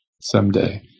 someday